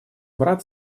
брат